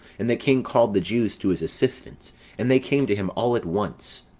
and the king called the jews to his assistance and they came to him all at once,